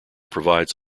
provides